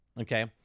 Okay